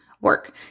work